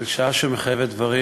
של שעה שמחייבת דברים,